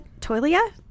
Toilia